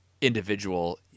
individual